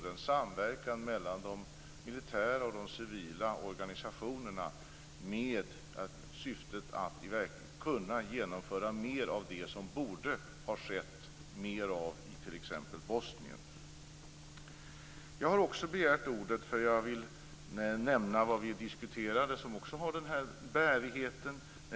Det är en samverkan mellan de militära och de civila organisationerna med syfte att i verkligheten kunna genomföra sådant som det borde ha skett mer av i t.ex. Bosnien. Jag har också begärt ordet för att jag vill nämna något om vad vi diskuterade som också har den här bärigheten.